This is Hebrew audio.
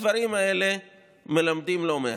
הדברים האלה מלמדים לא מעט.